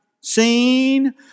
seen